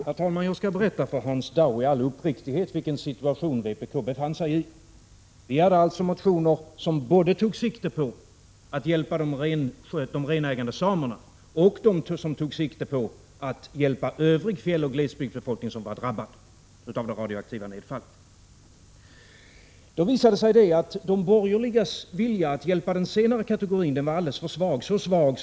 Herr talman! Jag skall helt uppriktigt tala om för Hans Dau vilken situation vpk befann sig i. Vi hade alltså motioner som tog sikte på att hjälpa både de renägande samerna och annan fjälloch glesbygdsbefolkning som var drabbad av det radioaktiva nedfallet. Det visade sig att de borgerligas vilja att hjälpa den senare kategorin var alldeles för svag. Den vart.o.m.